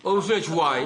או לפני שבועיים.